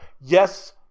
Yes